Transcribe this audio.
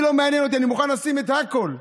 לא מעניין אותי, אני מוכן לשים את הכול.